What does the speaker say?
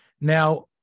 Now